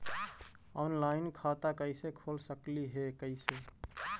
Online खाता कैसे खोल सकली हे कैसे?